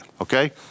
Okay